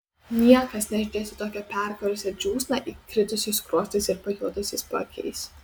niekas nežiūrės į tokią perkarusią džiūsną įkritusiais skruostais ir pajuodusiais paakiais